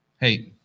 Hey